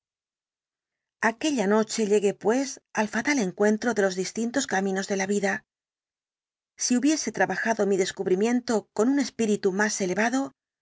aquella noche llegué pues al fatal encuentro de los distintos caminos de la vida si hubiese trabajado mi descubrimiento con un espíritu más elevado